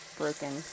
broken